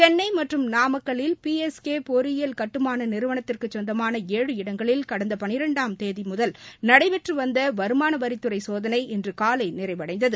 சென்னை மற்றும் நாமக்கல்லில் P S K பொறியியல் கட்டுமான நிறுவனத்துக்குச் சொந்தமான ஏழு இடங்களில் கடந்த பனிரென்டாம் தேதி முதல் நடைபெற்று வந்த வருமானவரித்துறை சோதனை இன்று காலை நிறைவடைந்தது